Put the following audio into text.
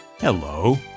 Hello